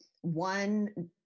one